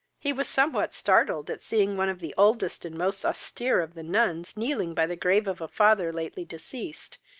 he was somewhat startled at seeing one of the oldest and most austere of the nuns kneeling by the grave of a father lately deceased,